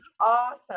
Awesome